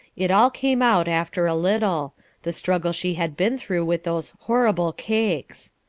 it all came out after a little the struggle she had been through with those horrible cakes.